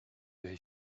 his